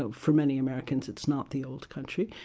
ah for many americans, it's not the old country.